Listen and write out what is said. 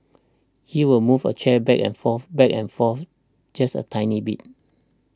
he will move a chair back and forth back and forth just a tiny bit